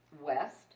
west